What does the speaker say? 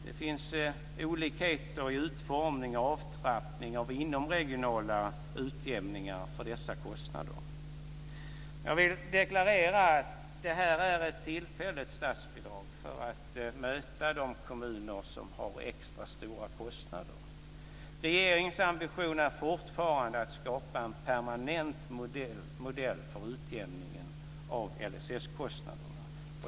Det finns olikheter i utformning och avtrappning av inomregionala utjämningar för dessa kostnader. Jag vill deklarera att det här är ett tillfälligt statsbidrag för att möta de kommuner som har extra stora kostnader. Regeringens ambition är fortfarande att skapa en permanent modell för utjämningen av LSS-kostnaderna.